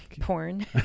porn